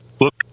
Look